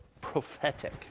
prophetic